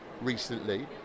recently